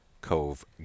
cove